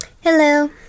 Hello